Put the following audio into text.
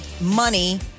money